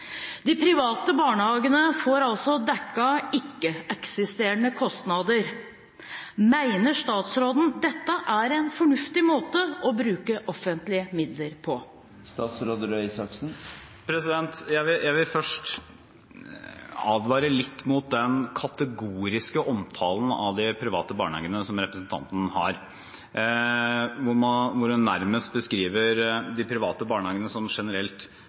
De private barnehagene får altså dekket ikke-eksisterende kostnader. Mener statsråden at dette er en fornuftig måte å bruke offentlige midler på? Jeg vil først advare litt mot den kategoriske omtalen av de private barnehagene som representanten har, hvor hun nærmest beskriver de private barnehagene som generelt